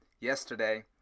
yesterday